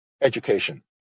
education